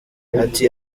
ati